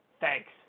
Thanks